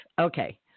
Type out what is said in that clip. Okay